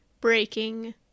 breaking